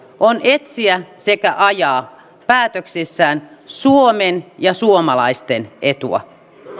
on etsiä sekä ajaa päätöksissään suomen ja suomalaisten etua